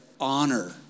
honor